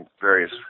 various